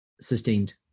sustained